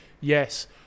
Yes